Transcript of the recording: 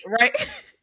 Right